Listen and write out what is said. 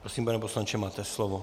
Prosím, pane poslanče, máte slovo.